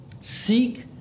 seek